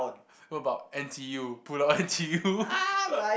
what about N_T_U Pulau N_T_U